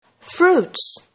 Fruits